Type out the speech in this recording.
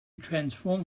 transform